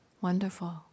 wonderful